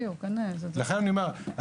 לכן אני אומר,